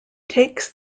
takes